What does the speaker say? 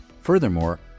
Furthermore